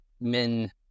men